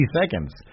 seconds